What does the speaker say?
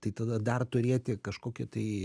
tai tada dar turėti kažkokį tai